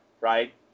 right